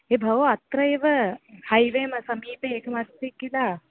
ए भो अत्र एव हैवे मध्ये समीपे एकमस्ति किल